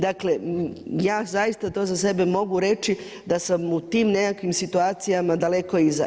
Dakle, ja zaista to za sebe mogu reći da sam u tim nekakvim situacijama daleko iza.